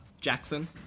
Jackson